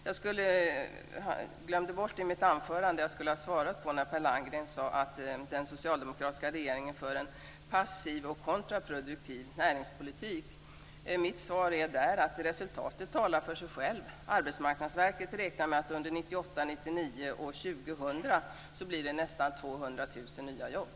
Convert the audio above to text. Jag glömde bort att i mitt anförande kommentera det som Per Landgren sade om att den socialdemokratiska regeringen för en passiv och kontraproduktiv näringspolitik. Mitt svar är resultatet talar för sig själv. Arbetsmarknadsverket räknar med att det blir nästan 200 000 nya jobb under 1998-2000.